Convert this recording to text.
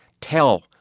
tell